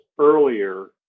earlier